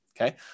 Okay